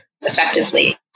effectively